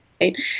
right